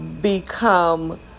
become